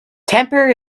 temper